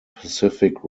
pacific